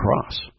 cross